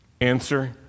Answer